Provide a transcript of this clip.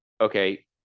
okay